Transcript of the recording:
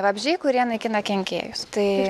vabzdžiai kurie naikina kenkėjus tai